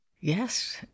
Yes